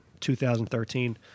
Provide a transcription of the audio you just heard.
2013